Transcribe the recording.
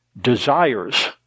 desires